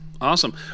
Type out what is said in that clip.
Awesome